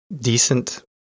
decent